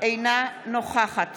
אינה נוכחת